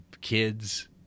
kids